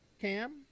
Cam